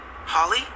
holly